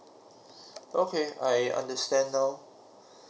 okay I understand now